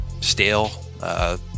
stale